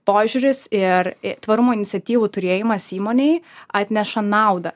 požiūris ir tvarumo iniciatyvų turėjimas įmonei atneša naudą